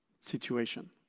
situation